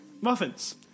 Muffins